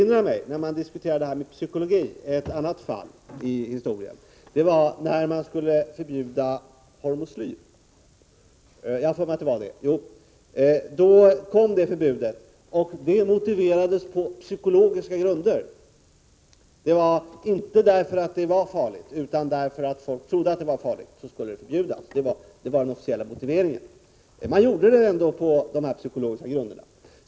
När man diskuterar detta med psykologi erinrar jag mig ett annat fall i historien — när man skulle förbjuda hormoslyr. Då kom ett förbud, och det motiverades på psykologiska grunder. Inte därför att det var farligt utan därför att folk trodde att det var farligt skulle hormoslyr förbjudas — det var den officiella motiveringen, och man införde alltså förbudet på dessa psykologiska grunder.